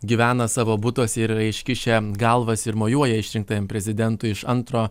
gyvena savo butuose ir yra iškišę galvas ir mojuoja išrinktajam prezidentui iš antro